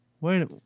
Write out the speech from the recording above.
wait